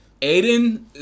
Aiden